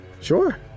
Sure